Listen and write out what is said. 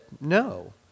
No